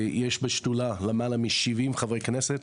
יש בשדולה למעלה משבעים חברי כנסת.